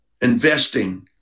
investing